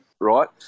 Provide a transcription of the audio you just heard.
Right